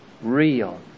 real